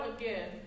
again